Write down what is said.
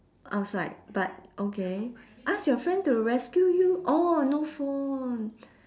outside but okay ask your friend to rescue you oh no phone